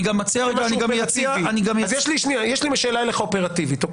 יש לי שאלה אליך אופרטיבית.